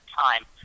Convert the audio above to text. time